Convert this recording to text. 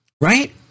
Right